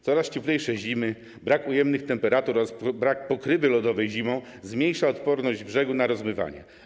Coraz cieplejsze zimy, brak ujemnych temperatur oraz brak pokrywy lodowej zimą zmniejszają odporność brzegu na rozmywanie.